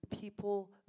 people